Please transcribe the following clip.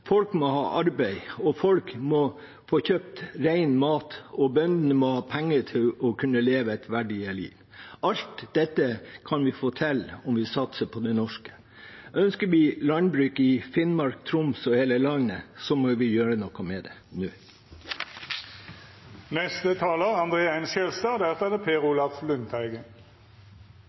Folk må ha arbeid, folk må få kjøpt ren mat, og bøndene må ha penger til å kunne leve et verdig liv. Alt dette kan vi få til om vi satser på det norske. Ønsker vi landbruk i Finnmark, Troms og hele landet, må vi gjøre noe med det nå. Det er vel ikke så mange som er